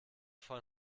von